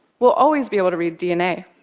we'll always be able to read dna.